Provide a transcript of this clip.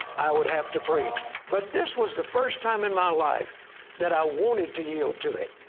i would have to preach, but this was the first time in my life that i wanted to yield to it,